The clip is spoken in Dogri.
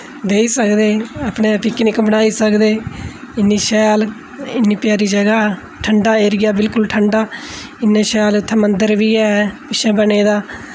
बेही सकदे अपने पिकनिक मनाई सकदे इन्नी शैल इन्नी प्यारी जगहं ठंडा एरिया बिल्कुल ठंडा इन्ना शैल उत्थै मंदर बी है पिच्छें बने दा